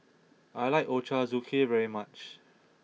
I like Ochazuke very much